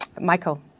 Michael